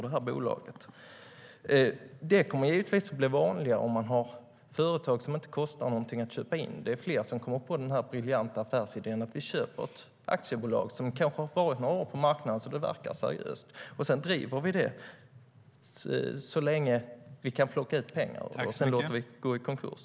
Detta kommer givetvis att bli vanligare om man har företag som inte kostar någonting att köpa upp. Fler kommer att komma på den briljanta affärsidén att köpa ett aktiebolag som kanske har funnits några år på marknaden och verkar seriöst. Sedan driver man det så länge man kan plocka ut pengar ur det, och därefter låter man det gå i konkurs.